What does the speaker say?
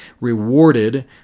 rewarded